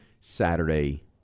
Saturday